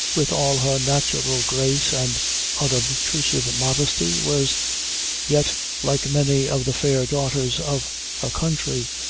with all her natural grace and unobtrusive modesty, was yet like many of the fair daughters of her country,